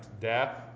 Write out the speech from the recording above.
death